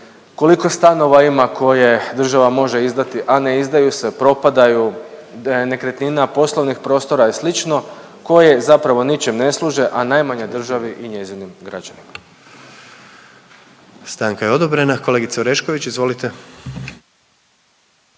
koliko stanova ima koje države može izdati, a ne izdaju se propadaju, da je nekretnina, poslovnih prostora i slično koje zapravo ničem ne služe, a najmanje državi i njezinim građanima. **Jandroković, Gordan (HDZ)** Stranka je odobrena. Kolegice Orešković izvolite.